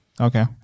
Okay